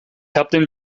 habe